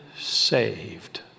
saved